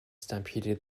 stampeded